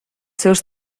seus